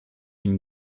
une